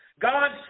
God